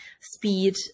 speed